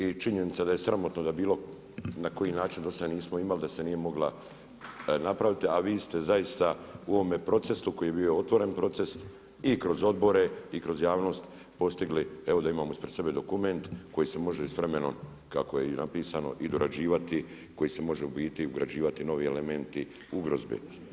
I činjenica da je sramotno da bilo na koji način do sad nismo imali, da se nije mogla napraviti, a vi ste zaista u ovome procesu koji je bio otvoren proces i kroz odbore i kroz javnost postigli evo da imamo ispred sebe dokument koji se može i s vremenom kako je i napisano i dorađivati, koji se može u biti ugrađivati novi elementi ugrozbe.